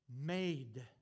made